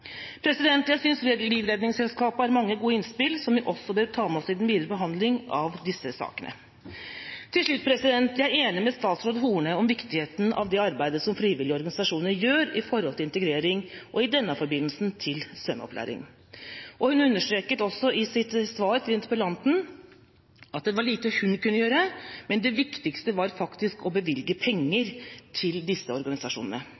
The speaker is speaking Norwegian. Jeg synes Norges Livredningsselskap har mange gode innspill, som vi også bør ta med oss i den videre behandling av disse sakene. Til slutt: Jeg er enig med statsråd Horne i viktigheten av det arbeidet som frivillige organisasjoner gjør når det gjelder integrering – og i denne forbindelse svømmeopplæring. Hun understreket også i sitt svar til interpellanten at det var lite hun kunne gjøre, men at det viktigste faktisk var å bevilge penger til disse organisasjonene.